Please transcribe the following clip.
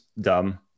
dumb